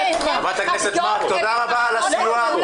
תודה רבה על הסיוע.